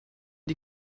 die